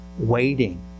waiting